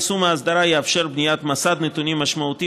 יישום ההסדרה יאפשר בניית מסד נתונים משמעותי